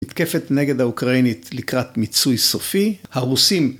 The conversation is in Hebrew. מתקפת נגד האוקראינית לקראת מיצוי סופי, הרוסים